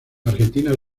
argentina